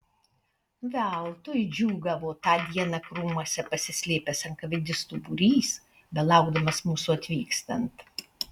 veltui džiūgavo tą dieną krūmuose pasislėpęs enkavėdistų būrys belaukdamas mūsų atvykstant